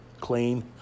clean